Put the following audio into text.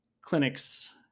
clinics